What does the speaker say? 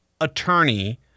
attorney